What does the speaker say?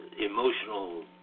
emotional